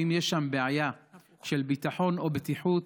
ואם יש שם בעיה של ביטחון או בטיחות,